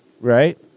right